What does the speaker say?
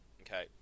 okay